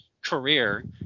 Career